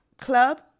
club